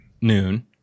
noon